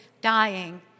dying